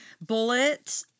bullet